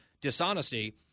dishonesty